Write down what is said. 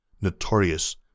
notorious